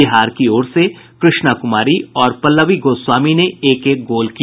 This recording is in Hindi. बिहार की ओर से कृष्णा कुमारी और पल्लवी गोस्वामी ने एक एक गोल किया